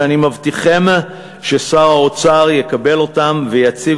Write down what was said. ואני מבטיחכם ששר האוצר יקבל אותם ויציג